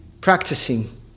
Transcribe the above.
practicing